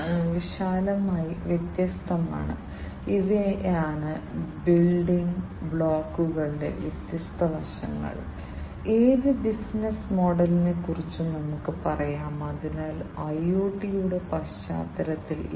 നിങ്ങൾ ഇപ്പോൾ വ്യാവസായിക ഇൻറർനെറ്റിലോ IIoTയിലോ ഉള്ളതിനാൽ ഈ വ്യത്യസ്ത മെഷീനുകളും തത്ഫലമായി ഈ വ്യത്യസ്ത സെൻസറുകളും ഇന്റർനെറ്റ് പ്രവർത്തിപ്പിക്കേണ്ടതുണ്ട്